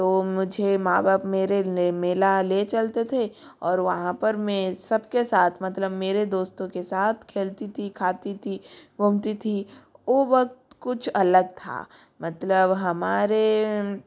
तो मुझे माँ बाप मेरे मेला ले चलते थे और वहाँ पर मे सब के साथ मतलब मेरे दोस्तों के साथ खेलती थी खाती थी घूमती थी वो वक़्त कुछ अलग था मतलब हमारे